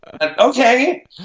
Okay